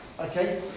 okay